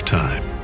time